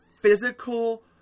physical